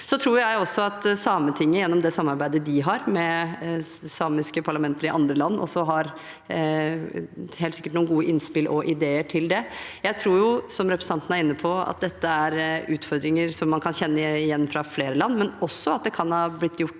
Sametinget gjennom det samarbeidet de har med samiske parlamenter i andre land, helt sikkert også har noen gode innspill og ideer om det. Jeg tror, som representanten er inne på, at dette er utfordringer man kan kjenne igjen fra flere land, men også at man kan ha gjort